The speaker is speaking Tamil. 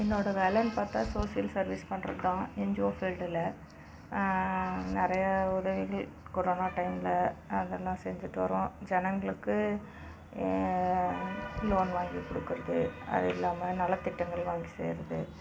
என்னோட வேலைனு பார்த்தா சோசியல் சர்விஸ் பண்ணுறதுதான் என்ஜிவோ ஃபீல்டில் நிறைய உதவிகள் கொரோனா டைம்ல அதெல்லாம் செஞ்சிட்டு வருவோம் ஜனங்களுக்கு லோன் வாங்கி கொடுக்குறது அது இல்லாமல் நலத்திட்டங்கள் வாங்கி செய்கிறது